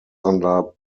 under